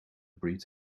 breed